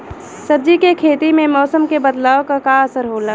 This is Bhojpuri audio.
सब्जी के खेती में मौसम के बदलाव क का असर होला?